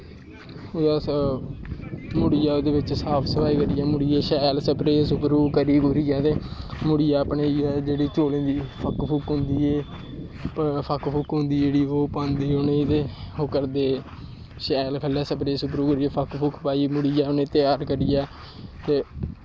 अस मुड़ियै उस बिच्च साफ सफाई करियै मुड़ियै स्प्रेऽ स्प्रूऽ करियै ते मुड़ियै अपने चौलें दी फक्क फुक्क होंदी एह् फक्क फुक्क होंदी ओह् पांदे उ'नें गी ते ओह् करदे शैल ख'ल्ल स्प्रेऽ स्प्रूऽ करियै फक्क फुक्क पाइयै मुड़ियै ते